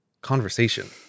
Conversation